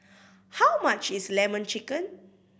how much is Lemon Chicken